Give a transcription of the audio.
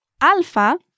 Alpha